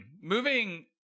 Moving